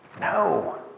No